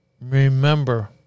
Remember